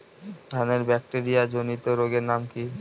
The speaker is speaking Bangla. ধানের ব্যাকটেরিয়া জনিত রোগের নাম কি?